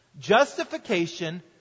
Justification